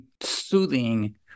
soothing